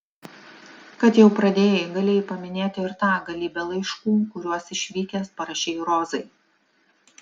kad jau pradėjai galėjai paminėti ir tą galybę laiškų kuriuos išvykęs parašei rozai